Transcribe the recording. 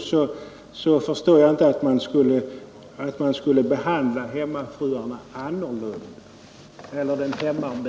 Fru Thunvall får väl ändå hålla med om att man mot denna bakgrund inte bör behandla den hemarbetande annorlunda.